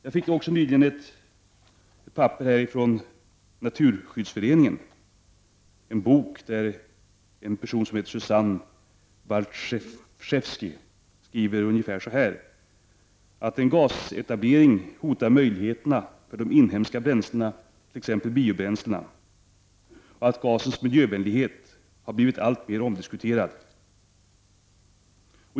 Jag fick också nyligen en bok från Naturskyddsföreningen där Susanna Baltscheffsky skriver: ”Samtidigt hotar en gasetablering möjligheterna för de inhemska bränslena, t.ex. biobränslen—---. Men gasens miljövänlighet har blivit alltmera omdiskuterad.